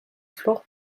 flancs